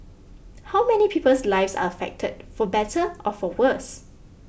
how many people's lives are affected for better or for worse